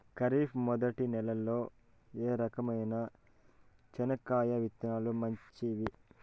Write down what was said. ఖరీఫ్ మొదటి నెల లో ఏ రకమైన చెనక్కాయ విత్తనాలు మంచివి